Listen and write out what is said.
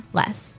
less